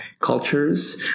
cultures